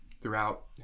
throughout